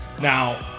Now